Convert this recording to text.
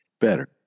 better